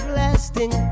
lasting